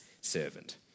servant